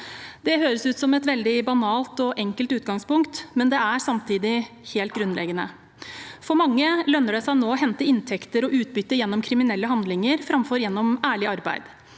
Det høres ut som et veldig banalt og enkelt utgangspunkt, men det er samtidig helt grunnleggende. For mange lønner det seg nå å hente inntekter og utbytte gjennom kriminelle handlinger framfor gjennom ærlig arbeid.